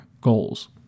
goals